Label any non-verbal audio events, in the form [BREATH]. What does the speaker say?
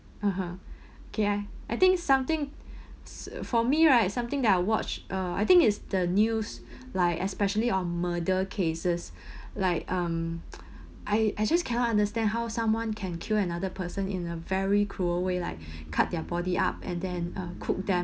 (uh huh) [BREATH] okay I I think something [BREATH] [NOISE] for me right something that I watch uh I think it's the news [BREATH] like especially on murder cases [BREATH] like um [NOISE] I I just cannot understand how someone can kill another person in a very cruel way like [BREATH] cut their body up and then uh cook them